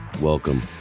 Welcome